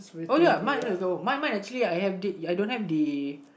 oh ya mine where you go mine mine actually I have the I don't have the